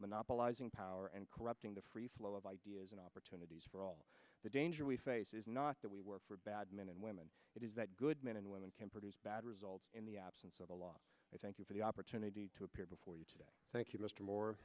monopolizing power and corrupting the free flow of ideas and opportunities for all the danger we face is not that we work for bad men and women it is that good men and women can produce bad results in the absence of a law thank you for the opportunity to appear before you today thank you m